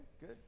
good